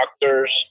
doctors